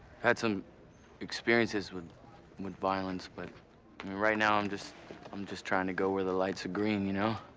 had some experiences with with violence, but right now i'm just um just trying to go where the lights are green, you know?